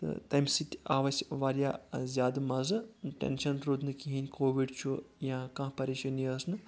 تہٕ تَمہِ سۭتۍ آو اَسہِ واریاہ زیٛادٕ مزٕ ٹینشن روٗد نہٕ کِہیٖنۍ کہِ کووِڈ چھ یا کانٛہہ پریشٲنی ٲس نہٕ